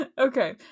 Okay